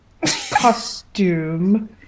costume